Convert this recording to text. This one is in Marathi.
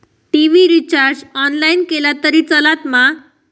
टी.वि रिचार्ज ऑनलाइन केला तरी चलात मा?